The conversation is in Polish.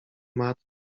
matt